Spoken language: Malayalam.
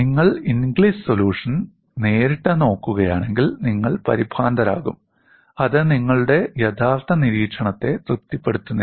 നിങ്ങൾ ഇൻഗ്ലിസ് സൊലൂഷൻ നേരിട്ട് നോക്കുകയാണെങ്കിൽ നിങ്ങൾ പരിഭ്രാന്തരാകും അത് നിങ്ങളുടെ യഥാർത്ഥ നിരീക്ഷണത്തെ തൃപ്തിപ്പെടുത്തുന്നില്ല